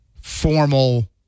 formal